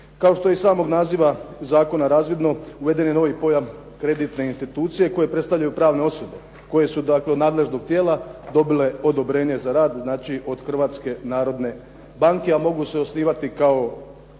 Kao što je iz samog naziva razvidno uveden je novi pojam kreditne institucije koji predstavljaju pravne osobe koje su dakle od nadležnog tijela dobile odobrenje za rad, znači od Hrvatske narodne banke, a mogu se osnivati kao